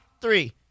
three